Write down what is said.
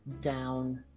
down